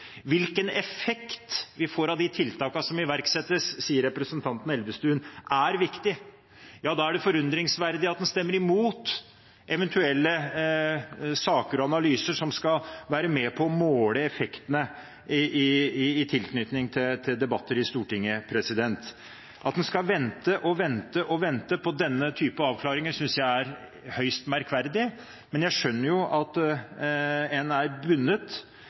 Hvilken effekt vi får av de tiltakene som iverksettes, sier representanten Elvestuen er viktig. Ja, da er det forundringsverdig at en stemmer imot eventuelle saker og analyser som skal være med på å måle effektene i tilknytning til debatter i Stortinget. At en skal vente og vente og vente på denne type avklaringer, synes jeg er høyst merkverdig, men jeg skjønner jo at en er bundet